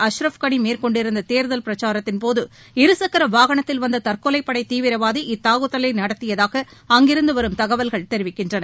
அஸ்ரஃப் களிமேற்கொண்டிருந்ததேர்தல் பிரச்சாரத்தின்போது இரு சக்கரவாகனத்தில் வந்ததற்கொலைப்படைதீவிரவாதி இத்தாக்குதலைநடத்தியதாக அங்கிருந்துவரும் தகவல்கள் தெரிவிக்கின்றன